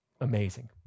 amazing